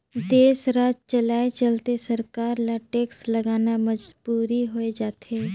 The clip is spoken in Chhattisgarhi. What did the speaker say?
देस, राज चलाए चलते सरकार ल टेक्स लगाना मजबुरी होय जाथे